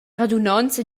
radunonza